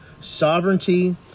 sovereignty